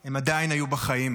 הם עדיין היו בחיים.